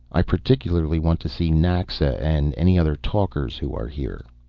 i particularly want to see naxa and any other talkers who are here.